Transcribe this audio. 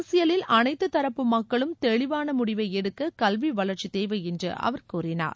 அரசியலில் அனைத்து தரப்பு மக்களும் தெளிவான முடிவை எடுக்க கல்வி வளர்ச்சி தேவை என்று அவர் கூறினார்